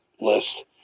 list